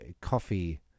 coffee